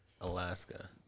Alaska